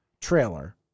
trailer